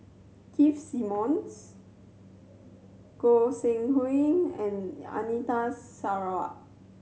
Keith Simmons Goi Seng Hui and Anita Sarawak